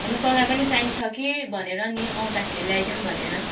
होइन तँलाई पनि चाहिन्छ कि भनेर नि आउँदाखेरी ल्याइदिउँ भनेर